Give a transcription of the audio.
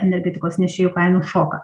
energetikos nešėjų kainų šoką